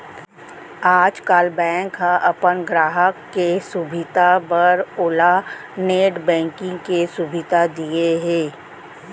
आजकाल बेंक ह अपन गराहक के सुभीता बर ओला नेट बेंकिंग के सुभीता दिये हे